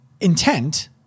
intent